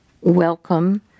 welcome